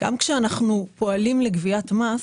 גם כשאנחנו פועלים לגביית מס,